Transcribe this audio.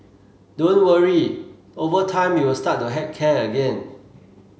don't worry over time you will start to heck care again